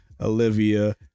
Olivia